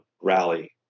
rally